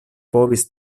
povis